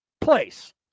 place